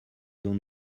dont